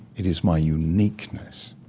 it is my uniqueness